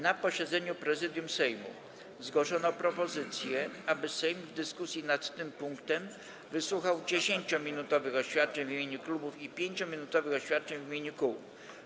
Na posiedzeniu Prezydium Sejmu zgłoszono propozycję, aby Sejm w dyskusji nad tym punktem wysłuchał 10-minutowych oświadczeń w imieniu klubów i 5-minutowych oświadczeń w imieniu kół.